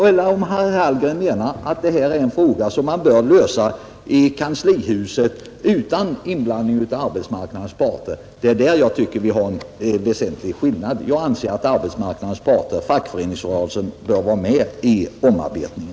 Eller menar herr Hallgren att denna fråga bör lösas i kanslihuset utan inblandning av arbetsmarknadens parter? I så fall föreligger det en väsentlig skillnad i våra uppfattningar. Jag anser att arbetsmarknadens parter bör vara med vid omarbetningen.